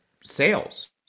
sales